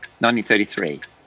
1933